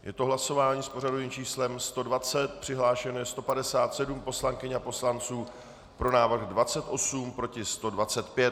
Je to hlasování s pořadovým číslem 120, přihlášeno je 157 poslankyň a poslanců, pro návrh 28, proti 125.